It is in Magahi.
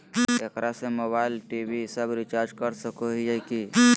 एकरा से मोबाइल टी.वी सब रिचार्ज कर सको हियै की?